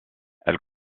elle